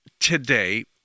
today